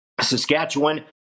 Saskatchewan